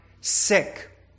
sick